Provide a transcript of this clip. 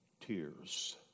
Tears